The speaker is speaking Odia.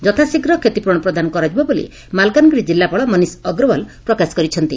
ଯଥାଶୀଘ୍ର କ୍ଷତିପୂରଣ ପ୍ରଦାନ କରାଯିବ ବୋଲି ମାଲକାନଗିରି ଜିଲ୍ଲାପାଳ ମନୀଷ ଅଗ୍ରଓ୍ୱାଲ ପ୍ରକାଶ କରିଛନ୍ତି